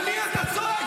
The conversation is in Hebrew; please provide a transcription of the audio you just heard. על מי אתה צועק?